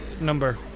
number